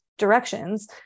directions